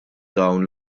dawn